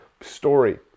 story